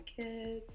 kids